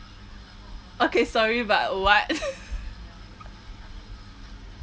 okay sorry but what